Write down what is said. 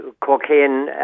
cocaine